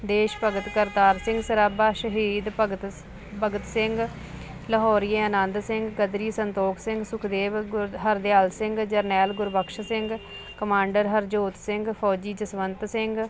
ਦੇਸ਼ ਭਗਤ ਕਰਤਾਰ ਸਿੰਘ ਸਰਾਬਾ ਸ਼ਹੀਦ ਭਗਤ ਭਗਤ ਸਿੰਘ ਲਹੌਰੀਏ ਆਨੰਦ ਸਿੰਘ ਗਦਰੀ ਸੰਤੋਖ ਸਿੰਘ ਸੁਖਦੇਵ ਹਰਦਿਆਲ ਸਿੰਘ ਜਰਨੈਲ ਗੁਰਬਖਸ਼ ਸਿੰਘ ਕਮਾਂਡਰ ਹਰਜੋਤ ਸਿੰਘ ਫੌਜੀ ਜਸਵੰਤ ਸਿੰਘ